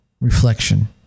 Reflection